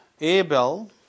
Abel